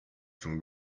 from